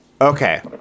Okay